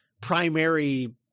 primary